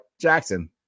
Jackson